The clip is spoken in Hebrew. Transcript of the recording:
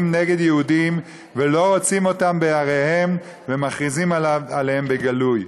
נגד יהודים ולא רוצים אותם בעריהם ומכריזים על כך בגלוי?